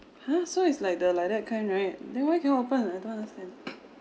!huh! so it's like the like that kind right then why cannot open I don't understand